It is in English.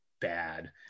bad